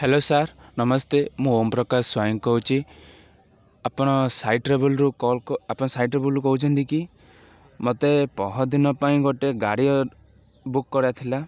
hello sir ନମସ୍ତେ ମୁଁ ଓମପ୍ରକାଶ ସ୍ଵାଇଁ କହୁଛି ଆପଣ ସାଇ ଟ୍ରାଭେଲ୍ରୁ କଲ୍ କ ଆପଣ ସାଇ ଟ୍ରାଭେଲ୍ରୁ କହୁଛନ୍ତି କି ମୋତେ ପହରଦିନ ପାଇଁ ଗୋଟେ ଗାଡ଼ି ବୁକ୍ କରିବାର ଥିଲା